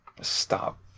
stop